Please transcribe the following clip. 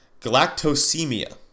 galactosemia